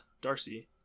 Darcy